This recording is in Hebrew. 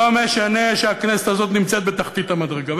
לא משנה שהכנסת הזאת נמצאת בתחתית המדרגה,